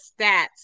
stats